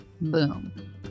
Boom